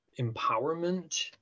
empowerment